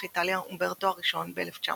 כשהיה בן 12 מתה אימו בעת לידה.